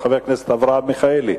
חבר הכנסת אברהם מיכאלי.